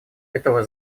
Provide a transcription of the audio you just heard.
этого